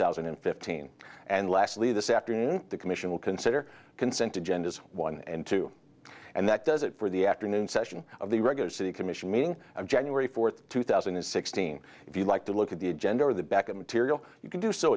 thousand and fifteen and lastly this afternoon the commission will consider consent agendas one and two and that does it for the afternoon session of the regular city commission meeting of january fourth two thousand and sixteen if you like to look at the agenda or the back of material you can do so